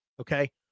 Okay